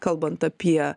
kalbant apie